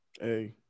Hey